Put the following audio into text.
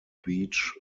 beech